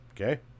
Okay